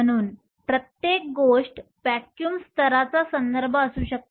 म्हणून प्रत्येक गोष्ट व्हॅक्यूम स्तराचा संदर्भ असू शकते